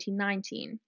2019